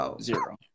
zero